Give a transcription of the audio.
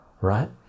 right